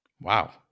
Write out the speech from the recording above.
Wow